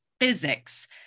physics